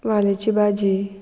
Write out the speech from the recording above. वाल्याची भाजी